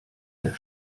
der